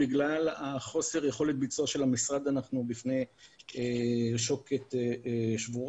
בגלל חוסר יכולת הביצוע של המשרד אנחנו בפני שוקת שבורה.